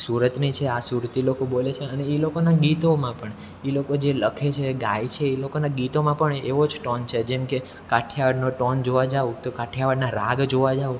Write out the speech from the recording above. સુરતની છે આ સુરતી લોકો બોલે છે અને એ લોકોનાં ગીતોમાં પણ એ લોકો જે લખે છે ગાય છે એ લોકોનાં ગીતોમાં પણ એવો જ ટોન છે જેમકે કાઠિયાવાડનો ટોન જોવા જાઓ તો કાઠિયાવાડના રાગ જોવા જાઓ